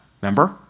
remember